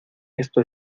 esto